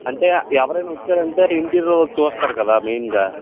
అంటే ఎవరైనా వచ్చారనుకో ఇంటీరియరు చూస్తారు కదా మెయిన్గా